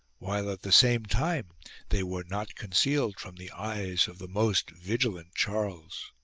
while at the same time they were not concealed from the eyes of the most vigilant charles.